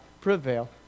prevail